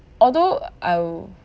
although I'll